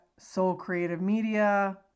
soulcreativemedia